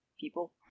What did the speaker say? people